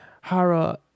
Hara